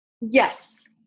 yes